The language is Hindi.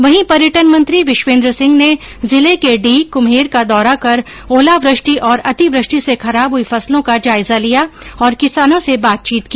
वहीं पर्यटन मंत्री विश्वेन्द्र सिंह ने जिले के डीग कुम्हेर का दौरा कर ओलावृष्टि और अतिवृष्टि से खराब हई फसलों का जायजा लिया और किसानों से बातचीत की